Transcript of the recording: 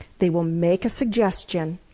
they will make a suggestion,